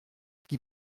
qui